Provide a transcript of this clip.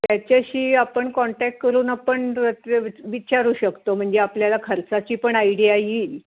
त्याच्याशी आपण कॉन्टॅक करून आपण विचारू शकतो म्हणजे आपल्याला खर्चाची पण आयडिया येईल